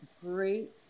great